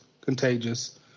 contagious